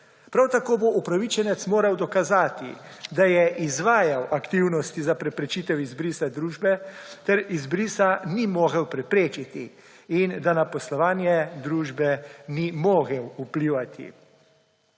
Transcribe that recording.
Prav tako bo upravičenec moral dokazati, da je izvajal aktivnosti za preprečitev izbrisa družbe ter izbrisa ni mogel preprečiti in da na poslovanje družbe ni mogel vplivati.